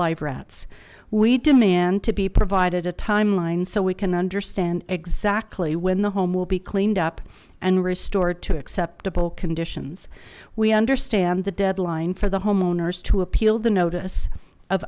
live rats we demand to be provided a timeline so we can understand exactly when the home will be cleaned up and restored to acceptable conditions we understand the deadline for the homeowners to appeal the notice of